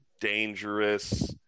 dangerous